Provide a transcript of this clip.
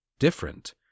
Different